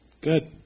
Good